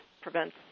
prevents